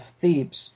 Thebes